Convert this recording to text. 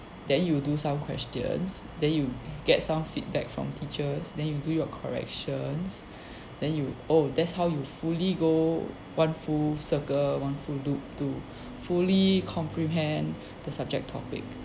then you'll do some questions then you'll get some feedback from teachers then you do your corrections then you oh that's how you fully go one full circle one full loop to fully comprehend the subject topic